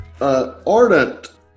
ardent